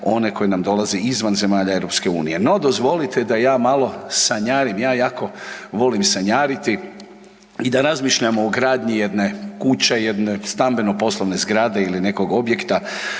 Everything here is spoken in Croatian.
one koje nam dolaze izvan zemalja Europske unije. No dozvolite da ja malo sanjarim. Ja jako volim sanjariti i da razmišljam o gradnji jedne kuće, jedne stambeno-poslovne zgrade ili nekog objekta